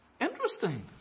Interesting